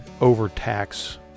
overtax